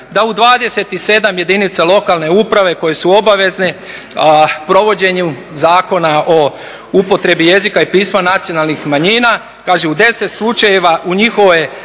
da u 27 jedinica lokalne uprave koje su obavezne u provođenju Zakona o upotrebi jezika i pisma nacionalnih manjina. Kaže, u 10 slučajeva u njihovom